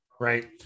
right